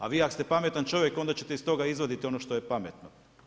A vi ako ste pametan čovjek onda ćete iz toga izvaditi ono što je pametno.